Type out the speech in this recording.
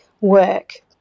work